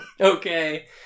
Okay